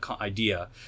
idea